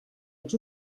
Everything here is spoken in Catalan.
els